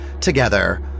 together